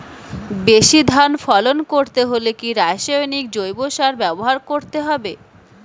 বেশি ধান ফলন করতে হলে কি রাসায়নিক জৈব সার ব্যবহার করতে হবে?